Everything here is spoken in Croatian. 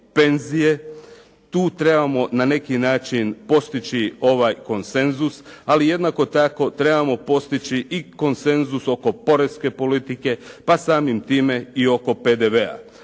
penzije. Tu trebamo na neki način postići konsenzus, ali jednako tako trebamo postići i konsenzus oko porezne politike pa samim time i oko PDV-a.